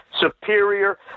superior